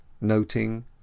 noting